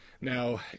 now